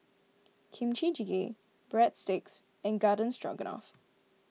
Kimchi Jjigae Breadsticks and Garden Stroganoff